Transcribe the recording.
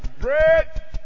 bread